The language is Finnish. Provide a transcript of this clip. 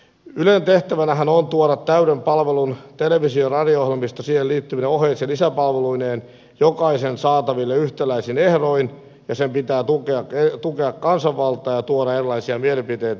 ylen tehtävänähän on tuoda täyden palvelun televisio ja radio ohjelmisto siihen liittyvine oheis ja lisäpalveluineen jokaisen saataville yhtäläisin ehdoin ja sen pitää tukea kansanvaltaa ja tuoda erilaisia mielipiteitä esille